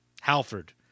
Halford